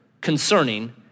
concerning